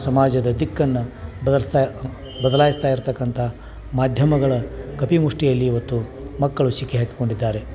ಸಮಾಜದ ದಿಕ್ಕನ್ನ ಬದಲಿಸ್ತಾ ಬದಲಾಯಿಸ್ತಾ ಇರತಕ್ಕಂಥ ಮಾಧ್ಯಮಗಳ ಕಪಿಮುಷ್ಟಿಯಲ್ಲಿ ಇವತ್ತು ಮಕ್ಕಳು ಸಿಕ್ಕಿ ಹಾಕಿಕೊಂಡಿದ್ದಾರೆ